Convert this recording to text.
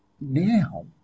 Now